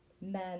men